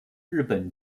日本